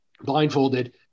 blindfolded